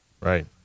Right